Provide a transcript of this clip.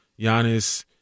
Giannis